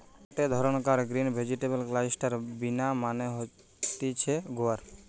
গটে ধরণকার green vegetable cluster bean মানে হতিছে গুয়ার